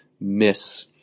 miss